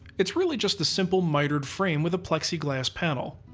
it's really just a simple mitered frame with a plexiglass panel.